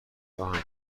راهن